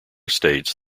states